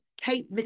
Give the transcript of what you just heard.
Kate